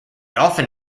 often